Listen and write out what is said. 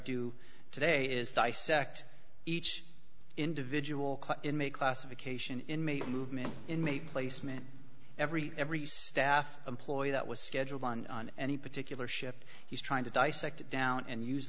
do today is dissect each individual in make classification in make movement in make placement every every staff employee that was scheduled on on any particular ship he's trying to dissect down and use